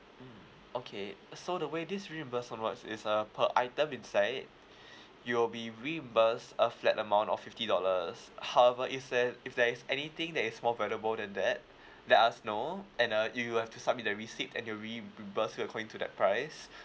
mm okay so the way this reimbursement works is uh per item inside you will be reimburse a flat amount of fifty dollars however if that if there is anything that is more valuable than that let us know and uh you have to submit the receipt and we'll reimburse it according to that price